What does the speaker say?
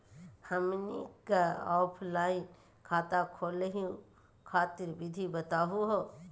हमनी क ऑफलाइन खाता खोलहु खातिर विधि बताहु हो?